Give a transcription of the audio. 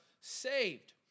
saved